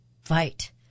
fight